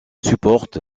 supporte